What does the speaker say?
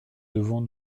devons